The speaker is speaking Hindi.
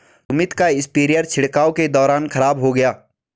सुमित का स्प्रेयर छिड़काव के दौरान खराब हो गया